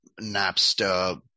Napster